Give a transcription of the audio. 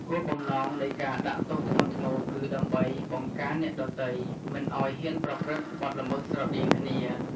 គោលបំណងនៃការដាក់ទោសធ្ងន់ធ្ងរគឺ ដើម្បីបង្ការអ្នកដទៃមិនឲ្យហ៊ានប្រព្រឹត្តបទល្មើសស្រដៀងគ្នា។